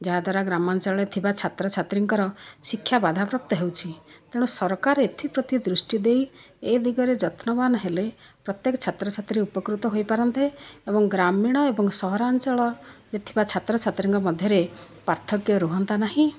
ଯାହାଦ୍ୱାରା ଗ୍ରାମାଞ୍ଚଳରେ ଥିବା ଛାତ୍ରଛାତ୍ରୀଙ୍କର ଶିକ୍ଷା ବାଧାପ୍ରାପ୍ତ ହେଉଛି ତେଣୁ ସରକାର ଏଥିପ୍ରତି ଦୃଷ୍ଟି ଦେଇ ଏ ଦିଗରେ ଯତ୍ନବାନ ହେଲେ ପ୍ରତ୍ୟେକ ଛାତ୍ରଛାତ୍ରୀ ଉପକୃତ ହୋଇପାରନ୍ତେ ଏବଂ ଗ୍ରାମୀଣ ଏବଂ ସହରାଞ୍ଚଳରେ ଥିବା ଛାତ୍ର ଛାତ୍ରୀମାନଙ୍କ ମଧ୍ୟରେ ପାର୍ଥକ୍ୟ ରୁହନ୍ତା ନାହିଁ